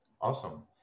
Awesome